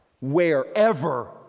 wherever